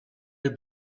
had